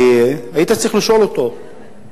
והיית צריך לשאול אותו ברוסית,